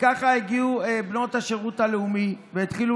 ככה הגיעו בנות השירות הלאומי והתחילו